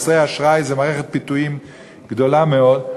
כרטיסי אשראי זה מערכת פיתויים גדולה מאוד.